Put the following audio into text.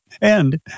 And-